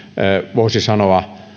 voisi sanoa